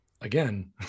again